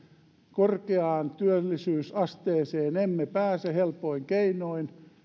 korkeaan työllisyysasteeseen emme pääse helpoin keinoin